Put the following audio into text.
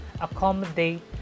accommodate